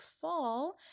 fall